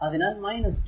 അതിനാൽ 2